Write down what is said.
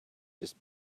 just